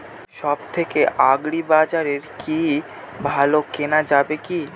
সব থেকে আগ্রিবাজারে কি ভালো কেনা যাবে কি?